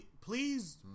Please